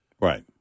Right